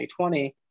2020